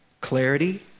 Clarity